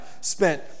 spent